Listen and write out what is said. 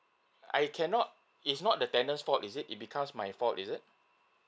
I cannot it's not the tenant fault is it it becomes my fault is it